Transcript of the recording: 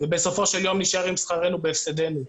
בסופו של יום נישאר עם שכרנו בהפסדנו.